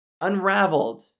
Unraveled